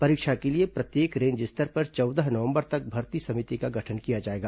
परीक्षा के लिए प्रत्येक रेंज स्तर पर चौदह नवंबर तक भर्ती समिति का गठन किया जाएगा